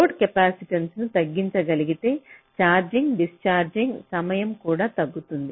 load కెపాసిటెన్స్ను తగ్గించగలిగితే charging discharge సమయం కూడా తగ్గుతుంది